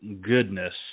goodness